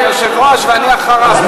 היושב-ראש, ואני אחריו.